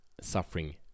suffering